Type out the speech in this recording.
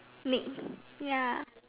Nick ya